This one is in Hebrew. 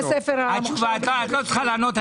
את לא צריכה לענות.